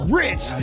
rich